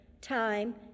time